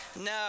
No